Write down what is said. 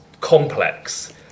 complex